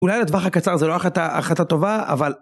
אולי לטווח הקצר זה לא אחת הטובה, אבל...